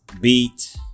beat